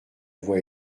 voix